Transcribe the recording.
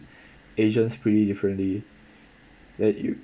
asians pretty differently then you